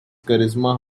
charisma